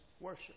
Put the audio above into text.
worship